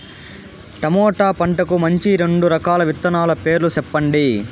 tomato పంటకు మంచి రెండు రకాల విత్తనాల పేర్లు సెప్పండి